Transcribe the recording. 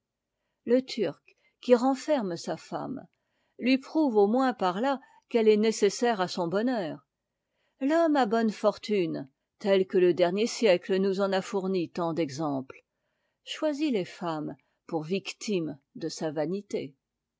le turc qui renferme sa femme lui prouve au moins par là qu'elle est nécessaire à son bonheur l'homme à bonnes fortunes tel que le dernier siècle nous en a fourni tant d'exemples choisit les femmes pour victimes de sa vanité